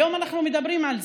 היום אנחנו מדברים על זה.